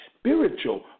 spiritual